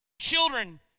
children